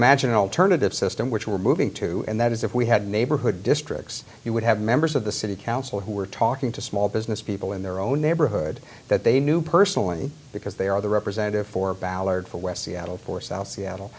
imagine an alternative system which we're moving to and that is if we had neighborhood districts you would have members of the city council who were talking to small business people in their own neighborhood that they knew personally because they are the representative for ballard for west seattle for south seattle